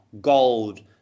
gold